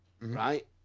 Right